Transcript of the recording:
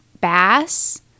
bass